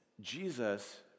Jesus